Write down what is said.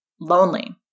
lonely